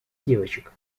девочек